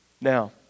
Now